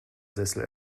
sessel